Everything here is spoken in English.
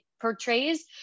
portrays